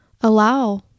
allow